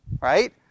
right